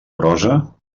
brossa